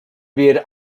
wir